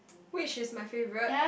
which is my favourite